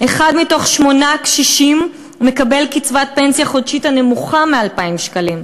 אחד משמונה קשישים מקבל קצבת פנסיה חודשית נמוכה מ-2,000 שקלים.